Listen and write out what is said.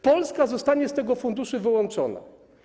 Polska zostanie z tego funduszu wyłączona.